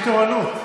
חברים, יש תורנות.